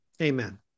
amen